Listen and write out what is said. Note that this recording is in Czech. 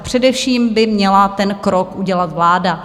Především by měla ten krok udělat vláda.